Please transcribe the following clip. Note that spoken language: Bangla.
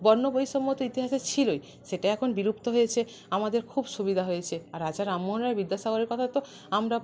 বর্ণ বৈষম্য তো ইতিহাসে ছিলোই সেটা এখন বিলুপ্ত হয়েছে আমাদের খুব সুবিধা হয়েছে আর রাজা রামমোহন রায় বিদ্যাসাগরের কথা তো আমরা